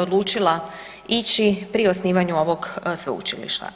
odlučila ići pri osnivanju ovog sveučilišta.